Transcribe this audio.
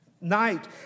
night